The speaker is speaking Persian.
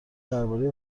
دربارهی